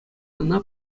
ӑна